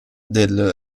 del